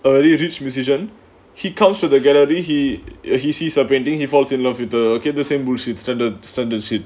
very rich musician he comes to the gallery he ya he sees a painting he falls in love with the same bullshit standard standard shit